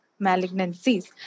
malignancies